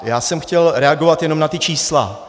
Já jsem chtěl reagovat jenom na ta čísla.